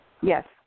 Yes